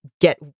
get